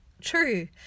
true